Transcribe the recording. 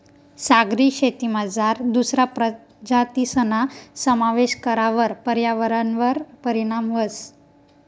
सागरी शेतीमझार दुसरा प्रजातीसना समावेश करावर पर्यावरणवर परीणाम व्हस